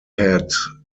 had